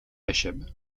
bishop